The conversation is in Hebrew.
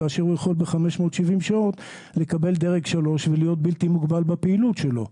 כאשר הוא יכול ב-570 שעות לקבל דרג 3 ולהיות בלתי מוגבל בפעילות שלו.